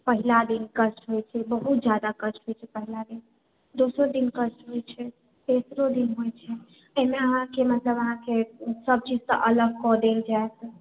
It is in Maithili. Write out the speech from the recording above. पहिला दिन कष्ट होइ छै बहुत जादा कष्ट होइ छै पहिला दिन दोसर दिन कष्ट होइ छै तेसरो दिन होइ छै एहिमे अहाँके मतलब अहाँके सबचीजसॅं अलग कए देल जाइत